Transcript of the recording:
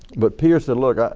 but pierre said look, ah